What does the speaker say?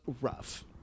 rough